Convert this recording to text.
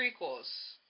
prequels